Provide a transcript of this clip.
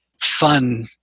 fun